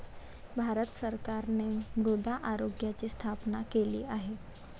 भारत सरकारने मृदा आरोग्याची स्थापना केली आहे